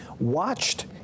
watched